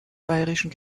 bayerischen